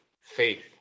faith